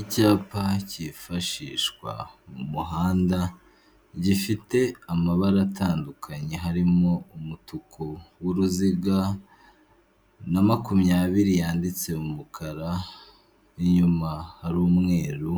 Icyapa kifashishwa mu muhanda gifite amabara atandukanye harimo umutuku w'uruziga, na makumyabiri yanditse mu mukara inyuma ari umweru